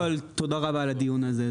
תודה רבה על הדיון הזה.